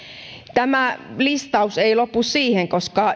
tämä listaus ei lopu siihen koska